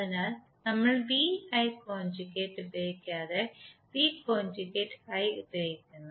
അതിനാൽ നമ്മൾ V I conjugate ഉപയോഗിക്കാതെ വി കോൺജുഗേറ്റ് I ഉപയോഗിക്കുന്നു